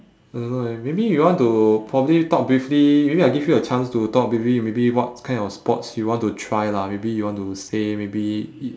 I don't know leh maybe you want to probably talk briefly maybe I give you a chance to talk briefly maybe what kind of sports you want to try lah maybe you want to say maybe it